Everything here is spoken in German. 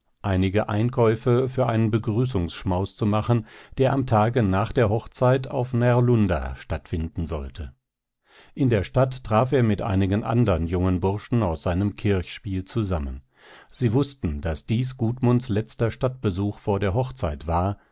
einige einkäufe für einen begrüßungsschmaus zu machen der am tage nach der hochzeit auf närlunda stattfinden sollte in der stadt traf er mit einigen andern jungen burschen aus seinem kirchspiel zusammen sie wußten daß dies gudmunds letzter stadtbesuch vor der hochzeit war